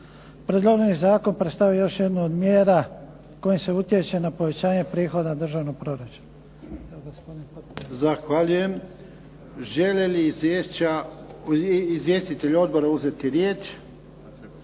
Predloženi zakon predstavlja još jednu od mjera kojom se utječe na povećanje prihoda državnog proračuna. **Jarnjak, Ivan (HDZ)** Zahvaljujem. Žele li izvjestitelji odbora uzeti riječ?